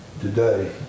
today